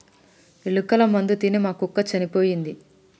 ఎలుకల మందు తిని మా కుక్క చనిపోయింది